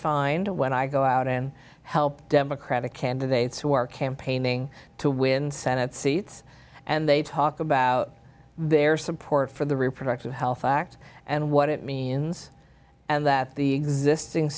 find when i go out and help democratic candidates who are campaigning to win senate seats and they talk about their support for the reproductive health act and what it means and that the existing